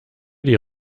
die